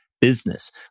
Business